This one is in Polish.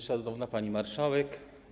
Szanowna Pani Marszałek!